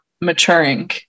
maturing